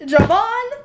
Javon